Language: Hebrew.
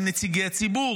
הם נציגי הציבור,